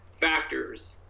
factors